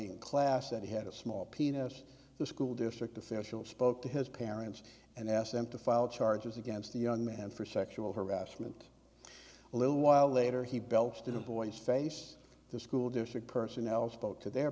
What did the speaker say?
in class that he had a small penis the school district official spoke to his parents and asked him to file charges against the young man for sexual harassment a little while later he belched in the boy's face the school district personnel spoke to their